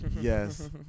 yes